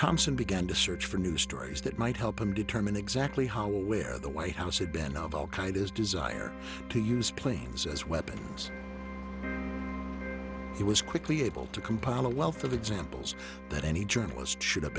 thompson began to search for new stories that might help him determine exactly where the white house had been of all kind his desire to use planes as weapons he was quickly able to compile a wealth of examples that any journalist should have